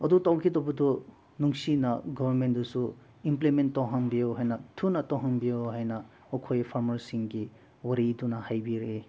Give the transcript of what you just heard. ꯑꯗꯨ ꯇꯧꯈꯤꯗꯧꯕꯗꯣ ꯅꯨꯡꯁꯤꯅ ꯒꯣꯕꯔꯃꯦꯟꯗꯁꯨ ꯏꯝꯄ꯭ꯂꯤꯃꯦꯟ ꯇꯧꯍꯟꯕꯤꯌꯨ ꯍꯥꯏꯅ ꯊꯨꯅ ꯇꯧꯍꯟꯕꯤꯌꯨ ꯍꯥꯏꯅ ꯑꯩꯈꯣꯏ ꯐꯥꯔꯃꯔꯁꯤꯡꯒꯤ ꯋꯥꯔꯤꯗꯨꯅ ꯍꯥꯏꯕꯤꯔꯛꯏ